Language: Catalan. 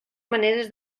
maneres